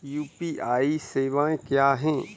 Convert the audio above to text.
UPI सवायें क्या हैं?